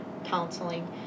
counseling